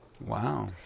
wow